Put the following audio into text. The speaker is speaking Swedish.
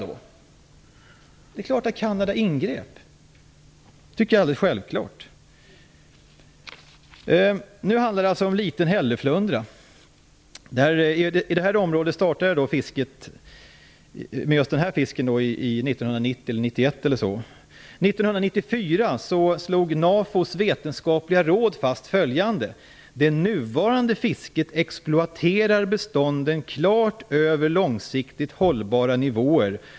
Det är klart att Kanada ingrep! Det tycker jag är alldeles självklart. Nu handlar det alltså om liten hälleflundra. Fisket av just den här fisken startade 1990 eller 1991 i det här området. År 1994 slog NAFO:s vetenskapliga råd fast följande: Det nuvarande fisket exploaterar bestånden klart över långsiktigt hållbara nivåer.